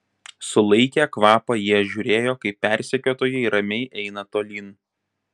sulaikę kvapą jie žiūrėjo kaip persekiotojai ramiai eina tolyn